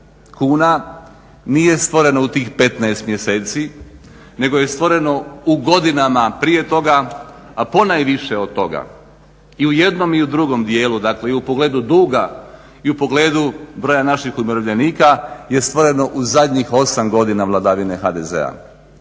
kuna nije stvoreno u tih 15 mjeseci nego je stvoreno u godinama prije toga, a ponajviše od toga i u jednom i u drugom dijelu, dakle i u pogledu duga i u pogledu broja našim umirovljenika je stvoreno u zadnjih 8 godina vladavine HDZ-a.